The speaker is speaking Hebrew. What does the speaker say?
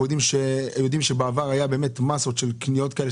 אנחנו יודעים שבעבר הייתה מאסה של קניות כאלה,